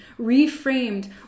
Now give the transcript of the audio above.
reframed